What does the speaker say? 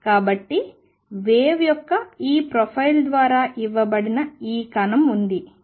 కాబట్టి వేవ్ యొక్క ఈ ప్రొఫైల్ ద్వారా ఇవ్వబడిన ఈ కణం ఉంది